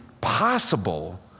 possible